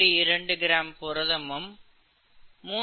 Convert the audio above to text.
2 gram புரதமும் 3